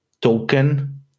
token